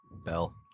Bell